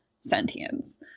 sentience